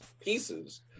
pieces